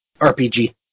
RPG